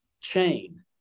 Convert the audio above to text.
chain